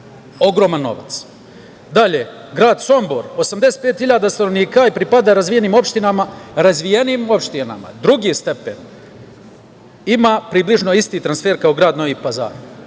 ogroman novac. Dalje, grad Sombor 85.000 stanovnika pripada razvijenim opštinama, drugi stepen. Ima približno isti transfer kao grad Novi Pazar.